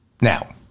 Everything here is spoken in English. Now